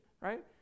right